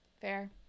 Fair